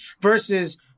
versus